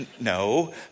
No